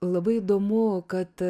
labai įdomu kad